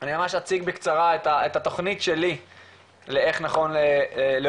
אני ממש אציג בקצרה את התכנית שלי לאיך נכון להוביל